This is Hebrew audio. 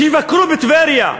תבקרו בטבריה,